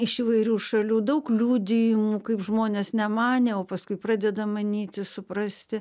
iš įvairių šalių daug liudijimų kaip žmonės nemanė o paskui pradeda manyti suprasti